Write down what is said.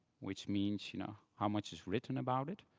which means you know how much is written about it.